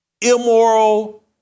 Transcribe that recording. immoral